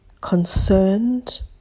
concerned